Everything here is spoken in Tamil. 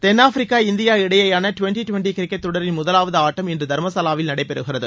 தென்னாப்பிரிக்கா இந்தியா இடையேயான டுவென்டி டுவென்டி கிரிக்கெட் தொடரின் முதவாவது ஆட்டம் இன்று தர்மசாலாவில் நடைபெறுகிறது